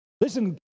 Listen